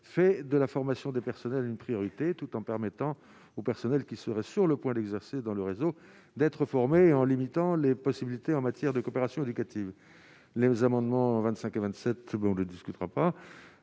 fait de la formation des personnels, une priorité tout en permettant au personnel qui serait sur le point d'exercer dans le réseau d'être formé en limitant les possibilités en matière de coopération éducative, les amendements 25 27 on ne discutera pas